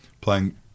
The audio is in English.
playing